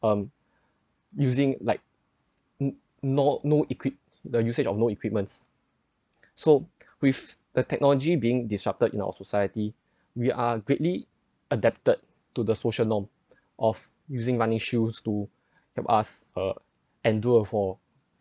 um using like no no equipped the usage of no equipments so with the technology being disrupted in our society we are greatly adapted to the social norm of using running shoes to help us uh and do our for